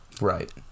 Right